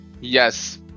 Yes